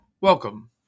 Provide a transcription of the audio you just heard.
Welcome